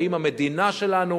האם המדינה שלנו,